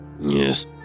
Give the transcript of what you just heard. Yes